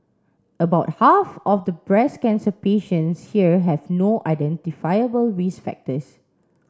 about half of the breast cancer patients here have no identifiable risk factors